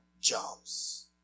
jobs